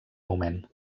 moment